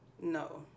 No